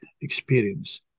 experience